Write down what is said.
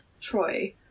Troy